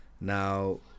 now